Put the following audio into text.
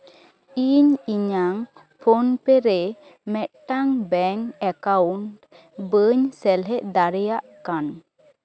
ᱤᱧ ᱤᱧᱟᱝ ᱯᱷᱳᱱ ᱯᱮ ᱢᱤᱫᱴᱟᱝ ᱵᱮᱝᱠ ᱮᱠᱟᱣᱩᱱᱴ ᱵᱟᱹᱧ ᱥᱮᱞᱮᱫ ᱫᱟᱲᱮᱭᱟᱜ ᱠᱟᱱ